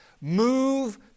move